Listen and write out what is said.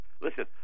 Listen